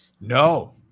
No